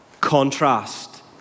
contrast